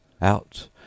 Out